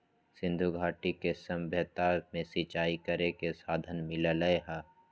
सिंधुघाटी के सभ्यता में सिंचाई करे के साधन मिललई ह